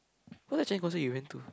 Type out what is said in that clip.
what other chinese concert you went to